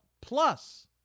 Plus